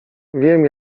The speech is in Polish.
wiem